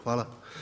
Hvala.